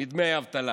מדמי האבטלה.